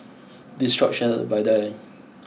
this shop sells Vadai